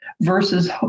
versus